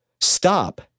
stop